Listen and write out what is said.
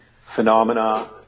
phenomena